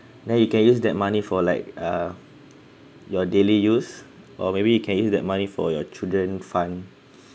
then you can use that money for like uh your daily use or maybe you can use that money for your children fund